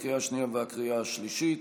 לקריאה השנייה ולקריאה השלישית.